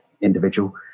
individual